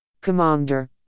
Commander